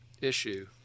issue